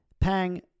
Pang